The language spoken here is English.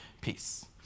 peace